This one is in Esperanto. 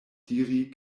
diri